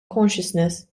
consciousness